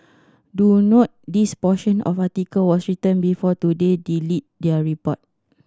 do note this portion of the article was written before Today deleted their report